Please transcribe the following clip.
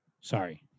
Sorry